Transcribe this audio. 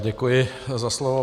Děkuji za slovo.